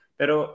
pero